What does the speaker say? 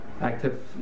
active